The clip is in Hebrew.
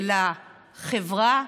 של החברה,